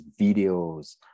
videos